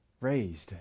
Raised